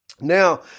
Now